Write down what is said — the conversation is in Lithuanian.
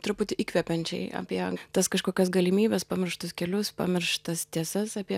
truputį įkvepiančiai apie tas kažkokias galimybes pamirštus kelius pamirštas tiesas apie